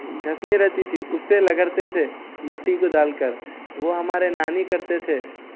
گھسنی رہتی تھی اس سے رگڑتے تھے مٹی کو ڈال کر وہ ہمارے نانی کرتے تھے